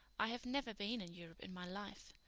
i have never been in europe in my life,